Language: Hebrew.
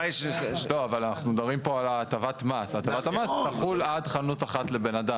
אנחנו מדברים על כך שהטבת המס תחול על חנות אחת לאדם.